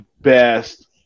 best